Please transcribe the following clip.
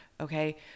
Okay